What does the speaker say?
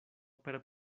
per